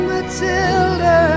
Matilda